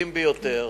מטרידים ביותר.